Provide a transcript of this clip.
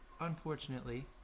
unfortunately